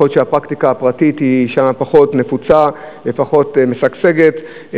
יכול להיות שהפרקטיקה הפרטית שם פחות נפוצה ופחות משגשגת,